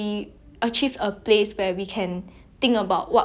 oh we marry because of others only ya